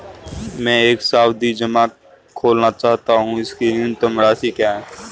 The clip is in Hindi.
मैं एक सावधि जमा खोलना चाहता हूं इसकी न्यूनतम राशि क्या है?